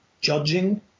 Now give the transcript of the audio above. judging